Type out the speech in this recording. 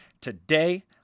Today